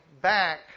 back